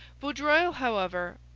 vaudreuil, however,